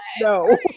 no